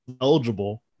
eligible